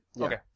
Okay